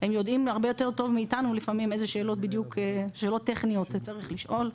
הם יודעים הרבה יותר טוב מאתנו לפעמים איזה שאלות טכניות צריך לשאול,